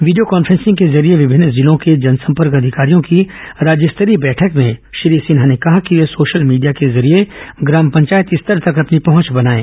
video conferencing के जरिये विभिन्न जिलों के जनसंपर्क अधिकारियों की राज्य स्तरीय बैठक में श्री सिन्हा ने कहा कि वे सोशल मीडिया के जरिए ग्राम पंचायत स्तर तक अपनी पहंच बनाएं